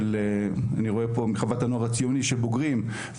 אני רואה פה מחוות הנוער הציוני של בוגרים.